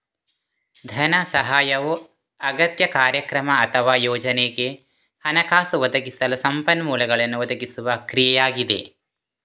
ಧನ ಸಹಾಯವು ಅಗತ್ಯ, ಕಾರ್ಯಕ್ರಮ ಅಥವಾ ಯೋಜನೆಗೆ ಹಣಕಾಸು ಒದಗಿಸಲು ಸಂಪನ್ಮೂಲಗಳನ್ನು ಒದಗಿಸುವ ಕ್ರಿಯೆಯಾಗಿದೆ